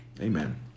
Amen